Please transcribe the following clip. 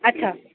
अच्छा